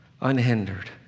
unhindered